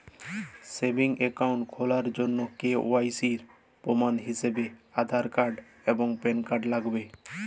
savings account খোলার জন্য KYC এর প্রমাণ হিসেবে আধার এবং প্যান কার্ড লাগবে